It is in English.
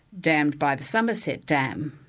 dammed by the somerset dam,